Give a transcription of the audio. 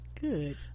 good